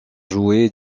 jouer